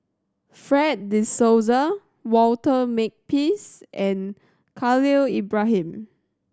Fred De Souza Walter Makepeace and Khalil Ibrahim